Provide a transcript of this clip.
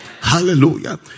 Hallelujah